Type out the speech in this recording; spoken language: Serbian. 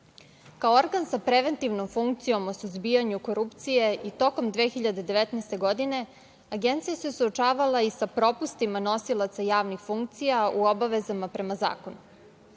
Kao organ sa preventivnom funkcijom o suzbijanju korupcije i tokom 2019. godine Agencija se suočavala i sa propustima nosilaca javnih funkcija u obavezama prema zakonu.O